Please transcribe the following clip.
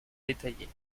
détaillées